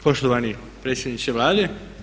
Poštovani predsjedniče Vlade.